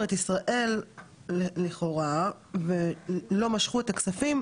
את ישראל לכאורה ולא משכו את הכספים,